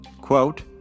quote